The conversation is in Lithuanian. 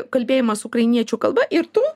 kalbėjimas ukrainiečių kalba ir tu